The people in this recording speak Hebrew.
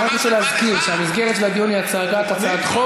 אני רק רוצה להזכיר שהמסגרת של הדיון היא הצעת חוק,